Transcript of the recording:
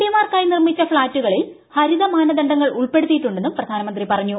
പിമ്മാർക്കാ്യി നിർമിച്ച ഫ്ളാറ്റുകളിൽ ഹരിത മാനദണ്ഡങ്ങൾ ഉൾപ്പെടുത്തിയിട്ടുണ്ടെന്നും പ്രധാനമന്ത്രി പറഞ്ഞു